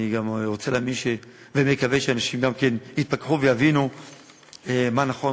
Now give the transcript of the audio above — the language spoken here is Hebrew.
אני גם רוצה להאמין ומקווה שאנשים יתפכחו ויבינו מה נכון,